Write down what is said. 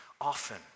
often